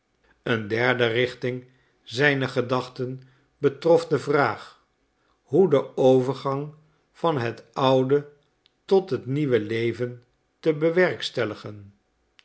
een derde richting zijner gedachten betrof de vraag hoe den overgang van het oude tot het nieuwe leven te bewerkstelligen